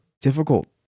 difficult